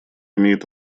имеет